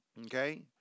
Okay